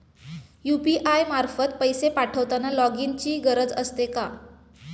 UPI मार्फत पैसे पाठवताना लॉगइनची गरज असते का?